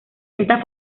esta